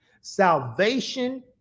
Salvation